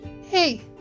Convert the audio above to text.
Hey